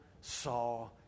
saw